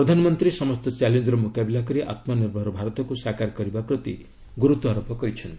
ପ୍ରଧାନମନ୍ତ୍ରୀ ସମସ୍ତ ଚ୍ୟାଲେଞ୍ଜର ମ୍ରକାବିଲା କରି ଆତ୍ମନିର୍ଭର ଭାରତକ୍ ସାକାର କରିବା ପ୍ରତି ଗୁରୁତ୍ୱ ଆରୋପ କରିଛନ୍ତି